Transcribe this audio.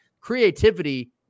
creativity